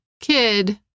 kid